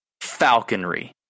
falconry